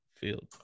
field